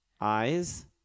Eyes